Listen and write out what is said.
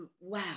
wow